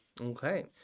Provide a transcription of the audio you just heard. Okay